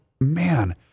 man